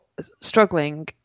struggling